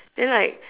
then like